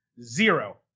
zero